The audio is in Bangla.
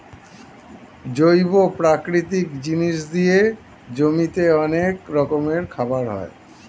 জৈব প্রাকৃতিক জিনিস দিয়ে জমিতে অনেক রকমের খাবার হয়